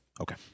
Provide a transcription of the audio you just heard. Okay